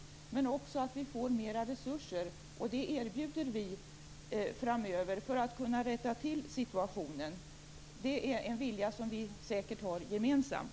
Men det gäller också att vi får mer resurser - och det erbjuder vi framöver - för att rätta till situationen. Det är en vilja som vi säkert har gemensamt.